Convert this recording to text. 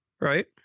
Right